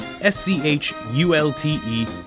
S-C-H-U-L-T-E